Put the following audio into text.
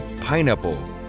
pineapple